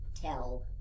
tell